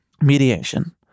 Mediation